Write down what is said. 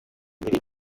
nyiri